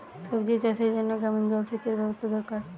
সবজি চাষের জন্য কেমন জলসেচের ব্যাবস্থা দরকার?